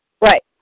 Right